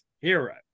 hero